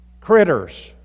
Critters